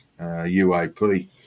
UAP